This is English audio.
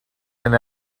and